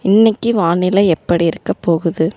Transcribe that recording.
இன்னைக்கு வானிலை எப்படி இருக்கப் போகுது